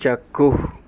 চাক্ষুষ